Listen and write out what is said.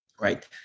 right